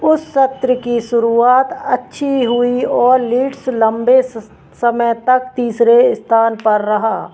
उस सत्र की शुरुआत अच्छी हुई और लीड्स लंबे समय तक तीसरे स्थान पर रहा